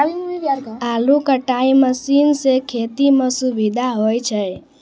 आलू कटाई मसीन सें खेती म सुबिधा होय छै